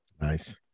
Nice